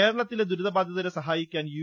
കേരളത്തിലെ ദുരിതബാധിതരെ സഹായിക്കാൻ യു